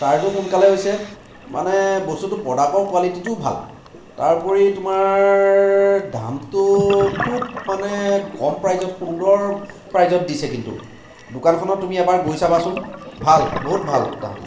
চাৰ্জো সোনকালে হৈছে মানে বস্তুটো প্ৰডাক্টৰ কোৱালিটিটোও ভাল তাৰ উপৰি তোমাৰ দামটো খুব মানে কম প্ৰাইজত সুন্দৰ প্ৰাইজত দিছে কিন্তু দোকানখনত তুমি এবাৰ গৈ চাবাচোন ভাল বহুত ভাল তাহাঁতি